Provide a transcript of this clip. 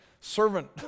servant